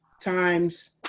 times